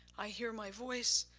i hear my voice,